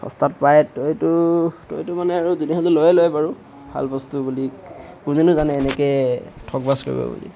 সস্তাত পাই তইতো তইতো মানে আৰু যিদিনাখনি লৈয়ে লয় বাৰু ভাল বস্তু বুলি কোনেনো জানে এনেকৈ ঠগ বাজ কৰিব বুলি